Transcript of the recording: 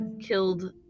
killed